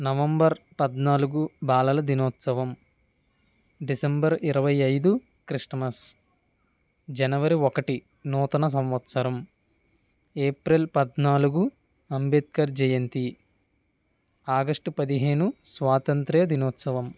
November పద్నాలుగు బాలల దినోత్సవం డిసెంబర్ ఇరవై ఐదు క్రిస్ట్మస్ జనవరి ఒకటి నూతన సంవత్సరం ఏప్రిల్ పద్నాలుగు అంబేద్కర్ జయంతి ఆగస్ట్ పదిహేను స్వాతంత్య్ర దినోత్సవం